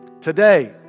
Today